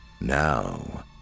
Now